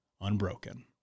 unbroken